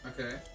Okay